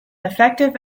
effective